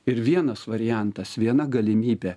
ir vienas variantas viena galimybė